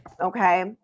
Okay